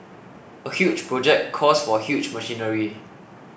a huge project calls for huge machinery